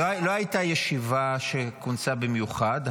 לא הייתה ישיבה שכונסה במיוחד.